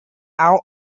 out